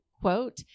quote